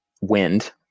wind